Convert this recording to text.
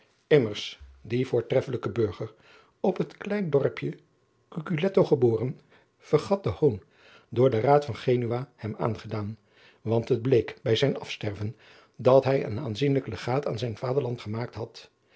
immers die voortreffelijke burger op het klein dorpje cuculetto geboren vergat den hoon door den raad van genua hem aangedaan want het bleek bij zijn afsterven dat hij een aanzienlijk legaat aan zijn vaderland gemaakt had